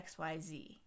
XYZ